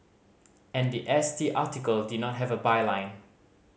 and the S T article did not have a byline